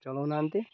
ଚଲାଉ ନାହାନ୍ତି